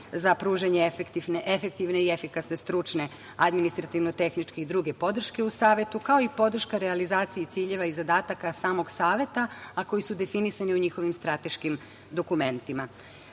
za pružanje efektivne i efikasne stručne administrativno-tehničke i druge podrške u Savetu, kao i podrška realizaciji ciljeva i zadataka samog Saveta, a koji su definisani u njihovim strateškim dokumentima. Kako